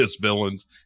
villains